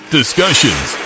discussions